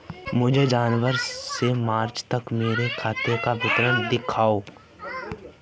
मुझे जनवरी से मार्च तक मेरे खाते का विवरण दिखाओ?